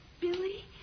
Billy